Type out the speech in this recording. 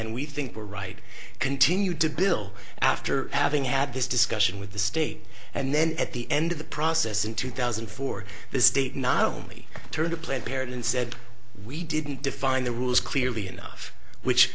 and we think we're right continue to bill after having had this discussion with the state and then at the end of the process in two thousand and four the state not only turn to planned parenthood said we didn't define the rules clearly enough which